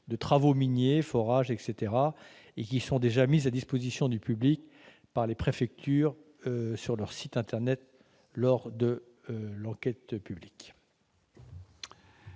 de travaux miniers- forages, etc. -, qui sont déjà mises à disposition du public par les préfectures sur leur site internet lors de l'enquête publique.